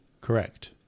Correct